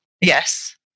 Yes